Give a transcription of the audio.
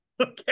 Okay